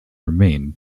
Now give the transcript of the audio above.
remain